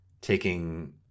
taking